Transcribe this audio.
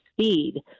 speed